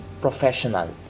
professional